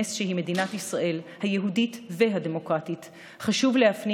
לנס שהיא מדינת ישראל היהודית והדמוקרטית חשוב להפנים